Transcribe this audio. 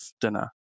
dinner